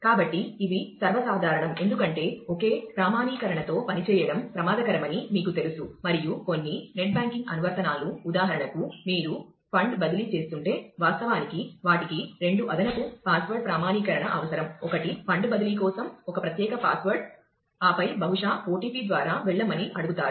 కాబట్టి ఇవి సర్వసాధారణం ఎందుకంటే ఒకే ప్రామాణీకరణతో పనిచేయడం ప్రమాదకరమని మీకు తెలుసు మరియు కొన్ని నెట్ బ్యాంకింగ్ అనువర్తనాలు ఉదాహరణకు మీరు ఫండ్ బదిలీ చేస్తుంటే వాస్తవానికి వాటికి రెండు అదనపు పాస్వర్డ్ ప్రామాణీకరణ అవసరం ఒకటి ఫండ్ బదిలీ కోసం ఒక ప్రత్యేక పాస్వర్డ్ ఆపై బహుశా OTP ద్వారా వెళ్ళమని అడుగుతారు